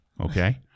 okay